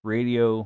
Radio